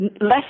less